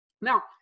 Now